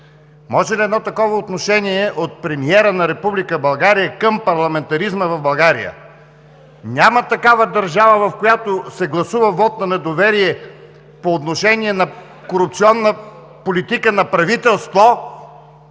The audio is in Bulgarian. Може ли едно такова отношение от премиера на Република България към парламентаризма в България?! Няма такава държава, в която се гласува вот на недоверие по отношение на корупционна политика на правителство